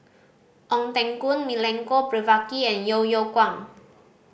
Ong Teng Koon Milenko Prvacki and Yeo Yeow Kwang